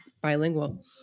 bilingual